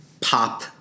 pop